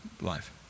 life